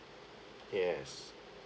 yes